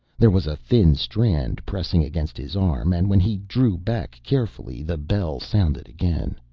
there was a thin strand pressing against his arm, and when he drew back carefully the bell sounded again.